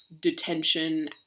detention